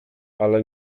ale